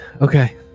Okay